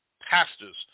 Pastors